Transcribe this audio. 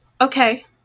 Okay